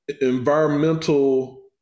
environmental